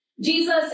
Jesus